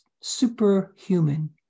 superhuman